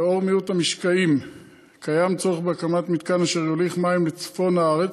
לנוכח מיעוט המשקעים יש צורך בהקמת מתקן אשר יוליך מים לצפון הארץ,